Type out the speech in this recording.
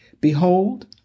Behold